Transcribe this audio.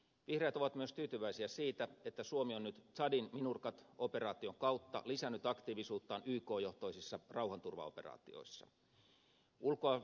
vihreät ovat myös tyytyväisiä siitä että suomi on nyt tsadin minurcat operaation kautta lisännyt aktiivisuuttaan yk johtoisissa rauhanturvaoperaatioissa